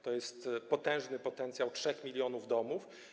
To jest potężny potencjał 3 mln domów.